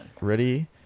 Ready